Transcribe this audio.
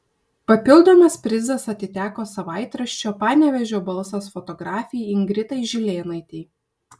papildomas prizas atiteko savaitraščio panevėžio balsas fotografei ingridai žilėnaitei